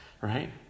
right